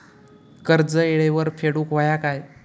कर्ज येळेवर फेडूक होया काय?